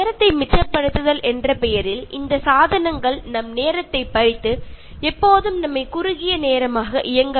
സമയ ലാഭം എന്ന രീതിയിൽ വന്ന ഈ കാര്യങ്ങളെല്ലാം പതിയെ നമ്മുടെ സമയത്തെ പിടിച്ചടക്കുകയും നമ്മൾ ഇപ്പോൾ സമയമില്ല എന്നു പറഞ്ഞു ഓടുകയും ചെയ്യുന്നു